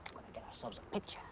get ourselves a